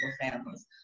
families